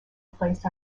placed